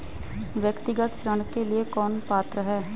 व्यक्तिगत ऋण के लिए कौन पात्र है?